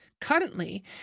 Currently